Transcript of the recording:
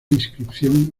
inscripción